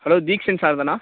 hello Deekshan sir தானா